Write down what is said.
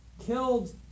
killed